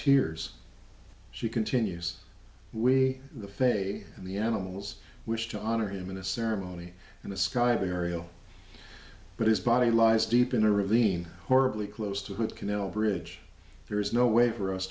tears she continues we face the animals wish to honor him in a ceremony and the sky burial but his body lies deep in a ravine horribly close to what canal bridge there is no way for us